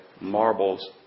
marbles